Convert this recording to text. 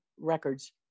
Records